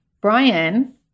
Brian